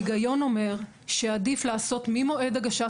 ההיגיון אומר שעדיף לעשות ממועד הגשת